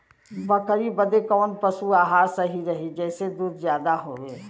बकरी बदे कवन पशु आहार सही रही जेसे दूध ज्यादा होवे?